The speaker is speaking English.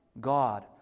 God